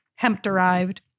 hemp-derived